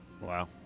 Wow